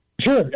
Sure